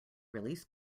release